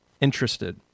interested